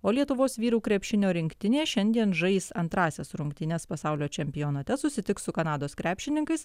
o lietuvos vyrų krepšinio rinktinė šiandien žais antrąsias rungtynes pasaulio čempionate susitiks su kanados krepšininkais